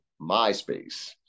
MySpace